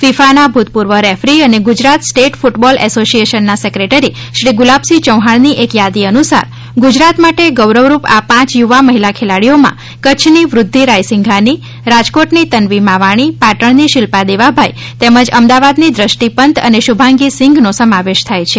ફિફાના ભૂતપૂર્વ રેફરી અને Gujarat state football એસોસિએશનના સેક્રેટરી શ્રી ગુલાબસિંહ ચૌહાણની એક થાદી અનુસાર ગુજરાત માટે ગૌરવ રૂપ આ પાંચ યુવા મહિલા ખેલાડીઓમાં કચ્છની વૃદ્ધિ રાયસિંઘાની રાજકોટની તન્વી માવાણી પાટણની શિલ્પા દેવાભાઇ તેમજ અમદાવાદની દ્રષ્ટિ પંત અને શુભાંગી સિંઘ નો સમાવેશ થાય છે